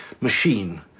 machine